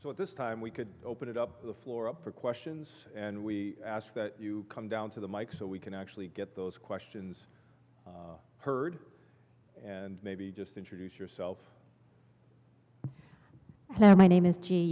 so at this time we could open it up the floor up for questions and we ask that you come down to the mike so we can actually get those questions heard and maybe just introduce yourself my name is